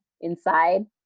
inside